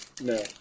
No